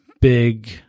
big